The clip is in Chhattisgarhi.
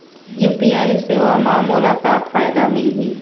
यू.पी.आई सेवा म मोला का फायदा मिलही?